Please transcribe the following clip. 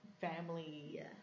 family